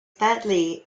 badly